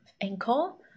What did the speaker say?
ankle